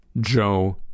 Joe